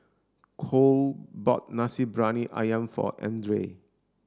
Cole bought Nasi Briyani Ayam for Andrae